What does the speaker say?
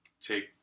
take